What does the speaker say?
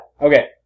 okay